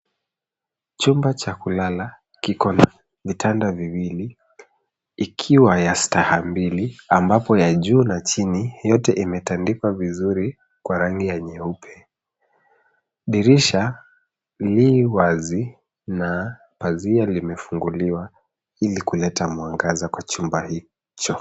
Chumba cha kulala kiko na vitanda viwili ikiwa na staha amvapo ya juu na chini yote kimetandikwa vizuri kwa rangi ya nyeupe. Dirisha li wazi na pazia imefunguliwa ili kuleta mwangaza kwa chumba hicho.